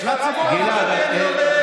לציבור החרדי אני אומר,